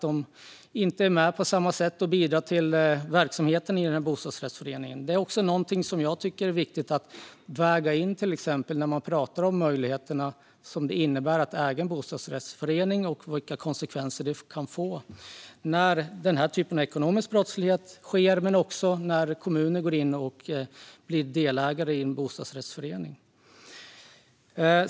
De kommer dock inte att bidra till föreningens verksamhet på samma sätt. Detta är viktigt att väga in när man talar om vilka möjligheter en bostadsrättsförening har och vilka konsekvenser det kan få när brott sker eller när kommuner går in som delägare i en bostadsrättsförening.